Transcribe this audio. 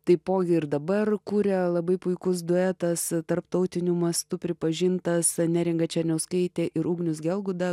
taipogi ir dabar kuria labai puikus duetas tarptautiniu mastu pripažintas neringa černiauskaitė ir ugnius gelguda